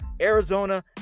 Arizona